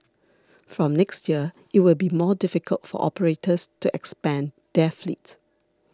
from next year it will be more difficult for operators to expand their fleet